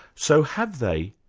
so have they,